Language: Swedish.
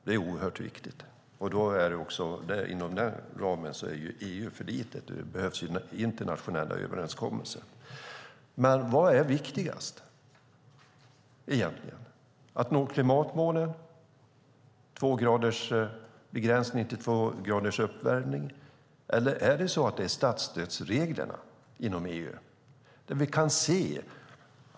Det är oerhört viktigt, men där är också EU för litet. Det behövs internationella överenskommelser. Men vad är egentligen viktigast? Är det viktigast att nå klimatmålen på en begränsning till två graders uppvärmning? Eller är det statsstödsreglerna inom EU som är viktigast?